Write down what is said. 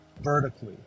vertically